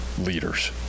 leaders